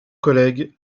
collègues